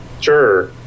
sure